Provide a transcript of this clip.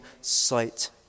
sight